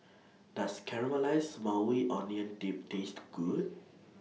Does Caramelized Maui Onion Dip Taste Good